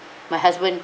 my husband